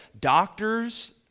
doctors